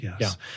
yes